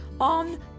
on